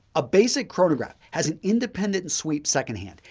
a basic chronograph has an independent and swift second hand.